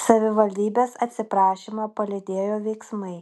savivaldybės atsiprašymą palydėjo veiksmai